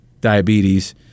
diabetes